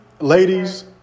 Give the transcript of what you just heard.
Ladies